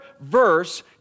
verse